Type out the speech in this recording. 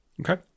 okay